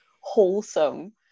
wholesome